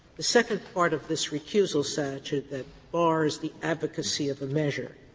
the second part of this recusal statute that bars the advocacy of a measure